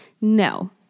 No